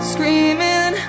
Screaming